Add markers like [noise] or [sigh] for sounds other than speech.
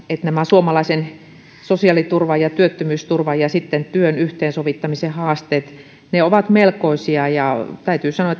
nämä suomalaisen sosiaaliturvan ja työttömyysturvan ja sitten työn yhteensovittamisen haasteet ovat melkoisia ja täytyy sanoa [unintelligible]